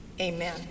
amen